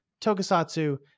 Tokusatsu